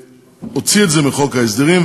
הוציא את זה מחוק ההסדרים,